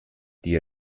die